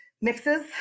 mixes